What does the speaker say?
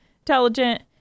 intelligent